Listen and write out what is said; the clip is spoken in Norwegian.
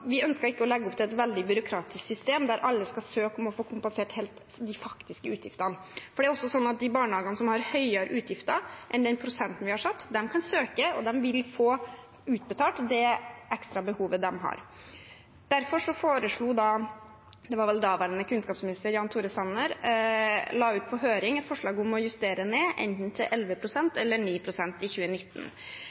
vi ønsker ikke å legge opp til et veldig byråkratisk system, der alle skal søke om å få kompensert de helt faktiske utgiftene. Det er også sånn at de barnehagene som har høyere utgifter enn den prosenten vi har satt, kan søke og vil få utbetalt det ekstra behovet de har. Derfor la man – det var vel daværende kunnskapsminister Jan Tore Sanner – ut på høring et forslag om å justere ned enten til 11 pst. eller 9 pst. i 2019.